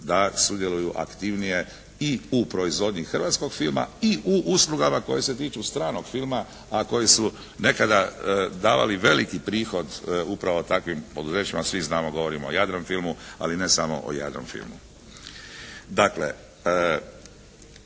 da sudjeluju aktivnije i u proizvodnji hrvatskog filma i u uslugama koje se tiču stranog filma, a koji su nekada davali veliki prihod upravo takvim poduzećima, svi znamo govorimo o "Jadranfilmu" ali ne samo o "Jadranfilmu".